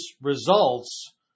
results